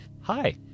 Hi